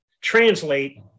translate